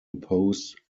opposed